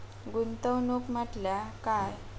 गुंतवणूक म्हटल्या काय?